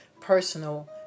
personal